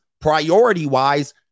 priority-wise